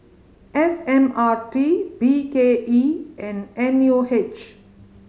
S M R T B K E and N U H